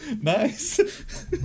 Nice